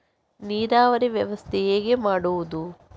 ನೀರಾವರಿ ವ್ಯವಸ್ಥೆ ಹೇಗೆ ಮಾಡುವುದು?